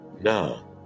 Now